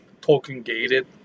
token-gated